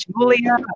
Julia